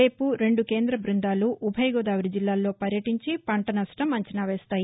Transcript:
రేపు రెండు కేంద్ర బృందాలు ఉభయ గోదావరి జిల్లాల్లో పర్యటించి పంట నష్టం అంచనా వేస్తాయి